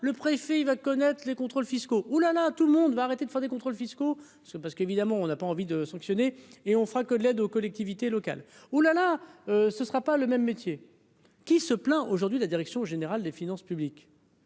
le préfet, il va connaître les contrôles fiscaux ou la là tout le monde va arrêter de faire des contrôles fiscaux, parce que, parce qu'évidemment on n'a pas envie de sanctionner et on fera que l'aide aux collectivités locales, hou là là, ce sera pas le même métier, qui se plaint aujourd'hui la direction générale des finances publiques.